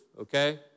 okay